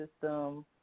system